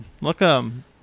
Welcome